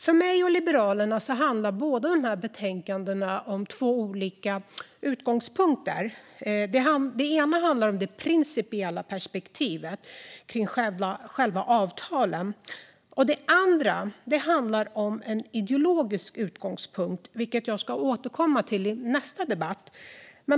För mig och Liberalerna finns det två olika utgångspunkter i dessa betänkanden. Det ena är det principiella perspektivet som gäller själva avtalen. Det andra handlar om en ideologisk utgångspunkt, vilket jag ska återkomma till i nästa debatt.